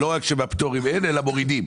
אלא מורידים.